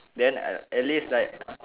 then I'll at least like